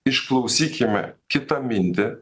išklausykime kito mintį